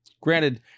Granted